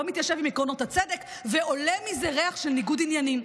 לא מתיישב עם עקרונות הצדק ועולה מזה ריח של ניגוד עניינים,